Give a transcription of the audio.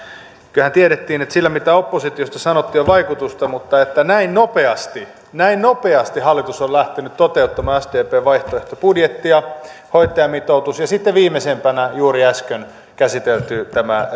kyllähän tiedettiin että sillä mitä oppositiosta sanottiin on vaikutusta mutta että näin nopeasti näin nopeasti hallitus on lähtenyt toteuttamaan sdpn vaihtoehtobudjettia hoitajamitoitus ja sitten viimeisimpänä juuri äsken käsitelty